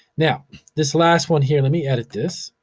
now this last one here, let me edit this.